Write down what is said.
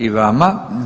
I vama.